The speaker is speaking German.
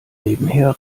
nebenher